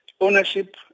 ownership